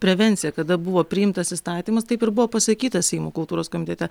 prevencija kada buvo priimtas įstatymas taip ir buvo pasakyta seimo kultūros komitete